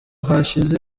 hashize